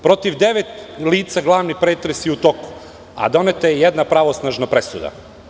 Protiv devet lica glavni pretres je u toku, a doneta je i jedna pravosnažna presuda.